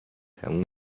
تموم